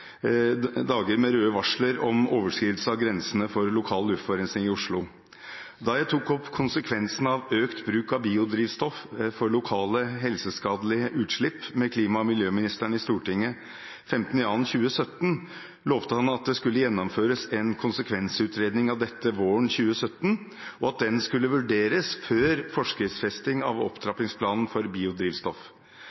dager med røde varsler om overskridelse av grensene for lokal luftforurensning i Oslo. Da jeg tok opp konsekvensene av økt bruk av biodrivstoff for lokale helseskadelige utslipp med klima- og miljøministeren i Stortinget 15. februar 2017, lovte han at det skulle gjennomføres en konsekvensutredning av dette våren 2017, og at den skulle vurderes før forskriftsfesting av